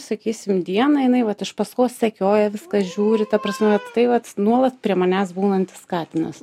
sakysim dieną jinai vat iš paskos sekioja viską žiūri ta prasme tai vat nuolat prie manęs būnantis katinas